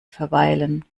verweilen